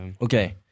Okay